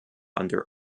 under